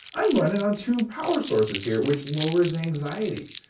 i'm running on two power sources here, which lowers anxiety,